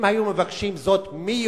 אם היו מבקשים זאת מיהודים,